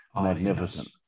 magnificent